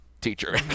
teacher